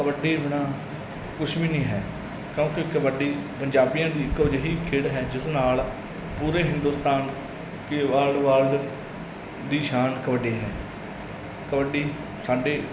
ਕਬੱਡੀ ਬਿਨਾਂ ਕੁਛ ਵੀ ਨਹੀਂ ਹੈ ਕਿਉਂਕਿ ਕਬੱਡੀ ਪੰਜਾਬੀਆਂ ਦੀ ਇੱਕੋ ਜਿਹੀ ਖੇਡ ਹੈ ਜਿਸ ਨਾਲ ਪੂਰੇ ਹਿੰਦੁਸਤਾਨ ਕੀ ਵਾਰਡ ਵਾਰਡ ਦੀ ਸ਼ਾਨ ਕਬੱਡੀ ਹੈ ਕਬੱਡੀ ਸਾਡੇ